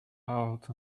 out